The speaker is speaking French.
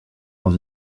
dans